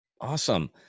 Awesome